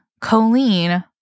Colleen